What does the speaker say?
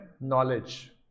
knowledge